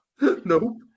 Nope